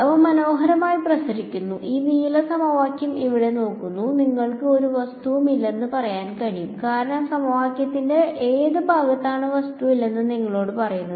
അവ മനോഹരമായി പ്രസരിക്കുന്നു ഈ നീല സമവാക്യം ഇവിടെ നോക്കുന്നു നിങ്ങൾക്ക് ഒരു വസ്തുവും ഇല്ലെന്ന് പറയാൻ കഴിയും കാരണം സമവാക്യത്തിന്റെ ഏത് ഭാഗമാണ് വസ്തു ഇല്ലെന്ന് നിങ്ങളോട് പറയുന്നത്